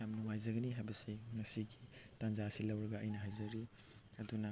ꯌꯥꯝ ꯅꯨꯡꯉꯥꯏꯖꯒꯅꯤ ꯍꯥꯏꯕꯁꯤ ꯉꯁꯤꯒꯤ ꯇꯟꯖꯥ ꯑꯁꯤ ꯂꯧꯔꯒ ꯑꯩꯅ ꯍꯥꯏꯖꯔꯤ ꯑꯗꯨꯅ